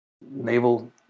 Naval